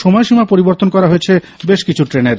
সময়সীমা পরিবর্তন করা হয়েছে বেশকিছু ট্রেনের